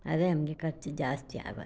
ಅದೇ ನಮಗೆ ಖರ್ಚು ಜಾಸ್ತಿ ಆಗೋದು